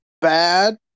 bad